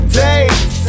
days